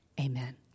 Amen